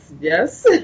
Yes